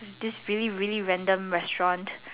this really really random restaurant